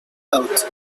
out